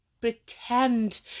pretend